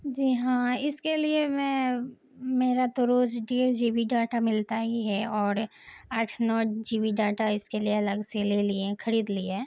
جی ہاں اس کے لیے میں میرا تو روز ڈیڑھ جی بی ڈاٹا ملتا ہی ہے اور آٹھ نوٹ جی بی ڈاٹا اس کے لیے الگ سے لے لیا خرید لیا